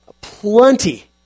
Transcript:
plenty